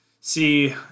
see